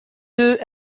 deux